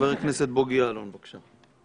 חבר הכנסת בוגי יעלון, בבקשה.